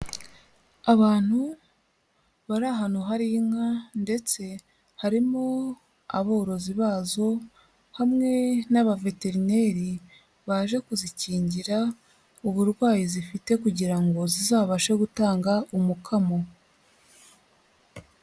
Abantu bari ahantu hari inka ndetse harimo aborozi bazo hamwe n'abaveterineri, baje kuzikingira uburwayi zifite kugira ngo zizabashe gutanga umukamo.